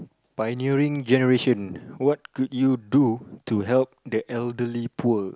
pioneering generation what could you do to help the elderly poor